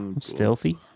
Stealthy